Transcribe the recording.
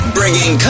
bringing